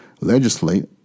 legislate